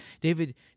David